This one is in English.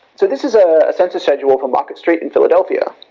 so this is a census schedule for market street in philadelphia.